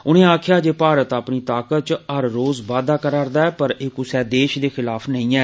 उनें आक्खेया जे भारत अ नी ताकत च हर रोज़ बाद्दा करा रदा ऐ र एह कुसै देश दे खिलाफ नेई ऐ